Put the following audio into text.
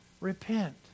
repent